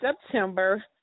September